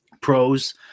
pros